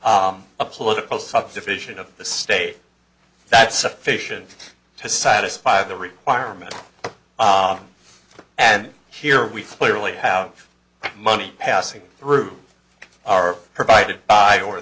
h a political subdivision of the state that's sufficient to satisfy the requirement and here we clearly have money passing through are provided by or